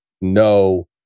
no